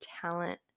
talent